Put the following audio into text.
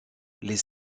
les